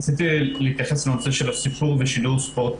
רציתי להתייחס לנושא של סיקור ושידור ספורט